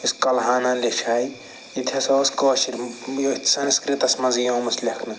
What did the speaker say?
یۄس کلہَنن لیٚچھٲے یہِ تہِ ہسا ٲسۍ کٲشرۍ أتھۍ سنسکرِتَس منٛزٕے آمٕژ لیکھنہٕ